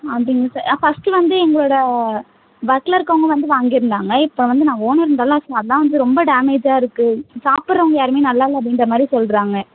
ஓ அப்படிங்க sir first வந்து எங்களோடய பட்லர் காம்போ வந்து வாங்கியிருந்தாங்க இப்போ வந்து நான் ஓனர்ன்றதுனால ஸோ அதுதான் வந்து ரொம்ப டேமேஜாயிருக்கு சாப்புடறவங்க யாருமே நல்லாயில்ல அப்படின்ற மாதிரி சொல்கிறாங்க